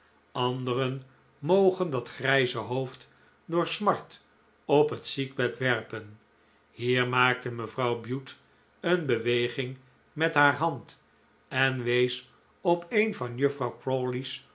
anderen mogen dat grijze hoofd door smart op het ziekbed werpen hier maakte mevrouw bute een beweging met haar hand en wees op een van juffrouw